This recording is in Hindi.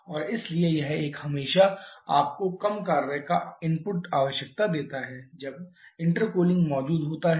और इसलिए यह एक हमेशा आपको कम कार्य का इनपुट आवश्यकता देता है जब इंटरकूलिंग मौजूद होता है